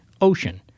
ocean